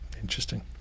Interesting